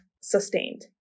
sustained